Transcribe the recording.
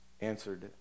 answered